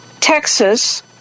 Texas